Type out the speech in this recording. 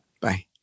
Bye